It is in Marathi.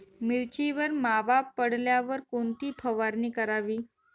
मिरचीवर मावा पडल्यावर कोणती फवारणी करावी?